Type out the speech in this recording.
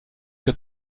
que